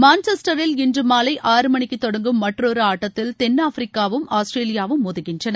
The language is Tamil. மான்செஸ்டரில் இன்றுமாலை ஆறு மணிக்குதொடங்கும் மற்றொருஆட்டத்தில் தென்னாப்பிரிக்காவும் ஆஸ்திரேலியாவும் மோதுகின்றன